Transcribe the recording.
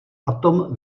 atom